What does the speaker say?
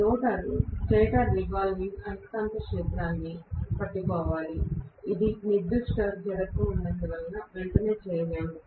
rotor stator revolving అయస్కాంత క్షేత్రాన్ని పట్టుకోవాలి ఇది నిర్దిష్ట జడత్వం ఉన్నందున వెంటనే చేయలేము